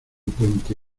puente